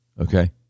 Okay